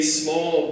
small